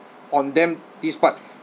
on them this part